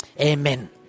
Amen